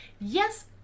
Yes